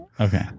Okay